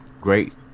great